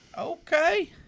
Okay